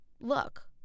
look